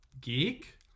Geek